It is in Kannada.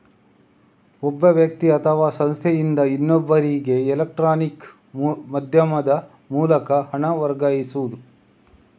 ಒಬ್ಬ ವ್ಯಕ್ತಿ ಅಥವಾ ಸಂಸ್ಥೆಯಿಂದ ಇನ್ನೊಬ್ಬರಿಗೆ ಎಲೆಕ್ಟ್ರಾನಿಕ್ ಮಾಧ್ಯಮದ ಮೂಲಕ ಹಣ ವರ್ಗಾಯಿಸುದು